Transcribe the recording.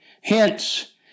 Hence